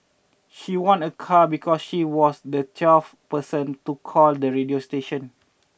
she won a car because she was the twelfth person to call the radio station